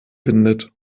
windet